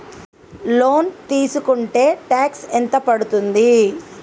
Loan తీస్కుంటే tax ఎంత పడ్తుంది?